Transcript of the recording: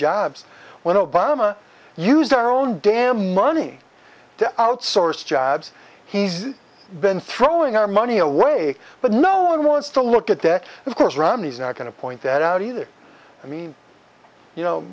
jobs when obama used our own damn money to outsource jobs he's been throwing our money away but no one wants to look at that of course romney's not going to point that out either i mean you know